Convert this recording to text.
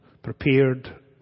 prepared